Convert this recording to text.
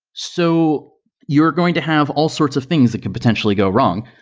so you are going to have all sorts of things that could potentially go wrong.